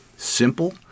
simple